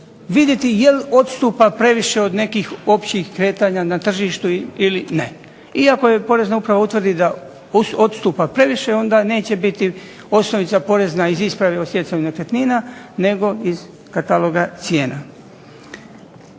vidjeti je li odstupa previše od nekih općih kretanja na tržištu ili ne. Iako porezna uprava utvrdi da odstupa previše onda neće biti osnovica porezna iz isprave o stjecanju nekretnina nego iz kataloga cijena.